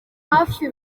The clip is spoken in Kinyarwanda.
hafi